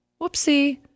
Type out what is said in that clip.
Whoopsie